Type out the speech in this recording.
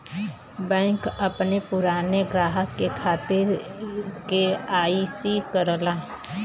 bank अपने पुराने ग्राहक के खातिर के.वाई.सी करला